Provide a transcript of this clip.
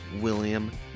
William